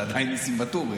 אתה עדיין ניסים ואטורי,